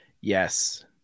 Yes